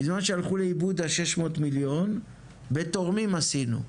בזמן שהלכו לאיבוד ה-600 מיליון מתורמים עשינו.